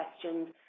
questions